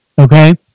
Okay